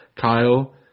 Kyle